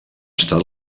estat